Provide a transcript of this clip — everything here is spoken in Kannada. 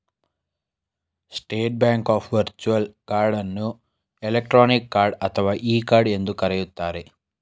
state bank of virtual card ಅನ್ನು ಎಲೆಕ್ಟ್ರಾನಿಕ್ ಕಾರ್ಡ್ ಅಥವಾ ಇ ಕಾರ್ಡ್ ಎಂದು ಕರೆಯುತ್ತಾರೆ